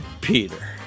Peter